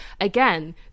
again